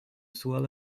swirl